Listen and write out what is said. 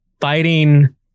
fighting